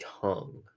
tongue